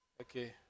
Okay